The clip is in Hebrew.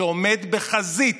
שעומד בחזית